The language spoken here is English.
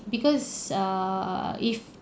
because err if